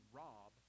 rob